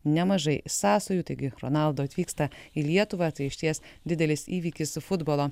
nemažai sąsajų taigi ronaldo atvyksta į lietuvą tai išties didelis įvykis futbolo